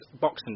Boxing